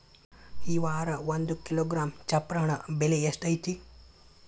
ಈ ವಾರ ಒಂದು ಕಿಲೋಗ್ರಾಂ ಚಪ್ರ ಹಣ್ಣ ಬೆಲೆ ಎಷ್ಟು ಐತಿ?